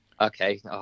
Okay